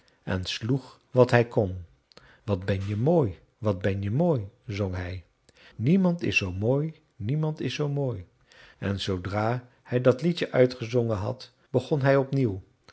en sloeg wat hij kon wat ben je mooi wat ben je mooi zong hij niemand is zoo mooi niemand is zoo mooi en zoodra hij dat liedje uitgezongen had begon hij opnieuw